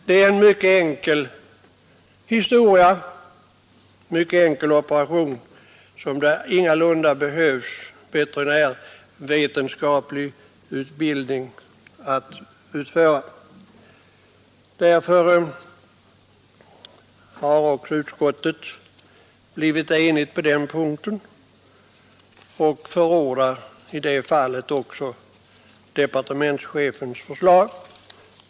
Det är en mycket enkel operation, och det behövs ingalunda veterinärvetenskaplig utbildning att utföra den. Utskottet har också enats på den punkten och förordar departementschefens förslag.